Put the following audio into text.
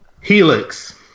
Helix